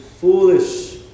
Foolish